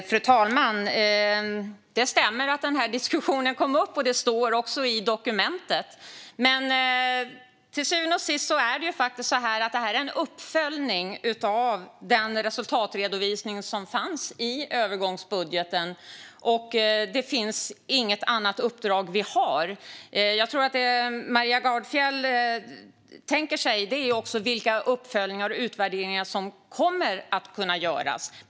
Fru talman! Det stämmer att en sådan diskussion kom upp, och det står också om det i dokumentet. Till syvende och sist är detta en uppföljning av den resultatredovisning som fanns i övergångsbudgeten. Vi har inget annat uppdrag. Det Maria Gardfjell tänker sig handlar om vilka uppföljningar och utvärderingar som kommer att kunna göras.